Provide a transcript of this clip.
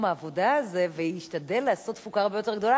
העבודה הזה וישתדל לעשות תפוקה הרבה יותר גדולה,